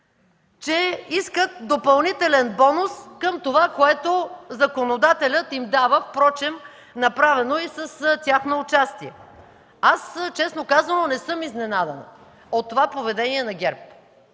че искат допълнителен бонус към това, което законодателят им дава, впрочем направено и с тяхно участие. Аз, честно казано, не съм изненадана от това поведение на ГЕРБ.